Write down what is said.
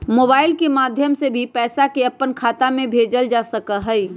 mobile के माध्यम से भी पैसा के अपन खाता में भेजल जा सका हई